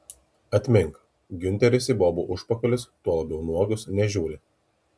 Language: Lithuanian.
atmink giunteris į bobų užpakalius tuo labiau nuogus nežiūri